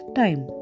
time